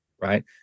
right